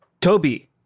Toby